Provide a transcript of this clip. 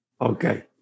Okay